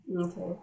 Okay